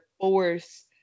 force